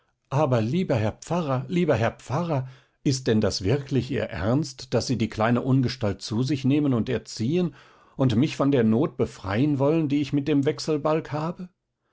aber lieber herr pfarrer lieber herr pfarrer ist denn das wirklich ihr ernst daß sie die kleine ungestalt zu sich nehmen und erziehen und mich von der not befreien wollen die ich mit dem wechselbalg habe